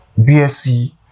BSc